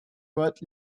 but